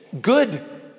Good